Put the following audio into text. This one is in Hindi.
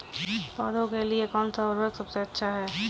पौधों के लिए कौन सा उर्वरक सबसे अच्छा है?